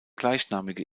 gleichnamige